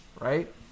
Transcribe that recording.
Right